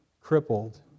crippled